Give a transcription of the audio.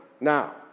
now